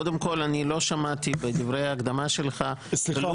קודם כל אני לא שמעתי בדברי ההקדמה שלך --- סליחה,